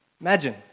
Imagine